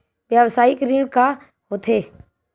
व्यवसायिक ऋण का होथे?